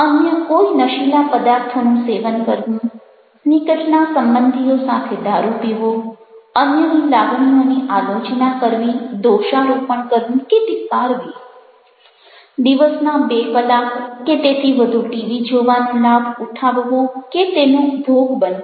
અન્ય કોઈ નશીલા પદાર્થોનું સેવન કરવું નિકટના સંબંધીઓ સાથે દારૂ પીવો અન્યની લાગણીઓની આલોચના કરવી દોષારોપણ કરવું કે ધિક્કારવી દિવસના બે કલાક કે તેથી વધુ ટીવી જોવાનો લાભ ઉઠાવવો કે તેનો ભોગ બનવું